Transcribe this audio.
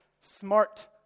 smart